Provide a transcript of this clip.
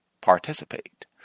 participate